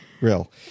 real